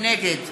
נגד